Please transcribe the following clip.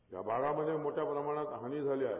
त्या भागामध्ये मोठ्या प्रमाणात हानी झाली आहे